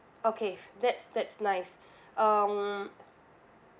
okay that's that's nice um